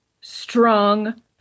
strong